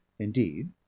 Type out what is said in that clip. Indeed